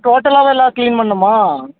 அப்போ டோட்டலாகவே எல்லாம் கிளீன் பண்ணணுமா